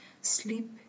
sleep